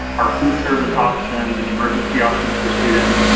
our food service options, and emergency options for students,